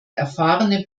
erfahrene